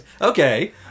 Okay